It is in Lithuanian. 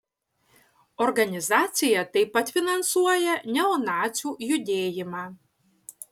organizacija taip pat finansuoja neonacių judėjimą